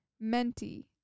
Menti